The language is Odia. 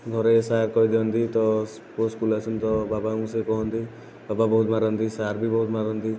ଘରେ ସାର୍ କହିଦିଅନ୍ତି ତ ପୁଅ ସ୍କୁଲ୍ ଆସିନି ତ ବାବାଙ୍କୁ ସେ କୁହନ୍ତି ବାବା ବହୁତ ମାରନ୍ତି ସାର୍ ବି ବହୁତ ମାରନ୍ତି